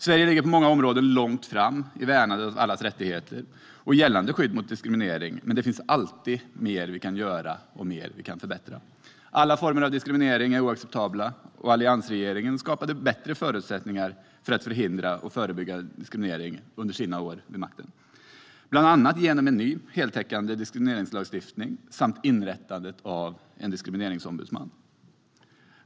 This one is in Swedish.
Sverige ligger på många områden långt fram i värnandet av allas rättigheter och i fråga om skydd mot diskriminering. Det finns dock alltid mer vi kan göra och förbättra. Alla former av diskriminering är oacceptabla. Alliansregeringen skapade under sina år vid makten bättre förutsättningar för att förhindra och förebygga diskriminering, bland annat genom en ny och heltäckande diskrimineringslagstiftning och genom inrättandet av en diskrimineringsom-budsman.